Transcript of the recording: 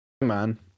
Man